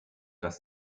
dass